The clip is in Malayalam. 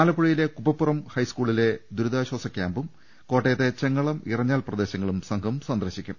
ആലപ്പുഴ യിലെ കുപ്പപ്പുറം ഹൈസ്കൂളിലെ ദുരിതാശ്ചാസ ക്യാമ്പും കോട്ടയത്തെ ചെങ്ങളം ഇറഞ്ഞാൽ പ്രദേശങ്ങളും സംഘം സന്ദർശിക്കും